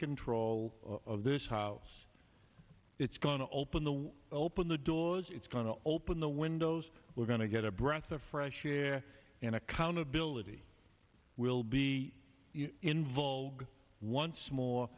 control of this house it's going to open the open the doors it's going to open the windows we're going to get a breath of fresh air and accountability will be involved once more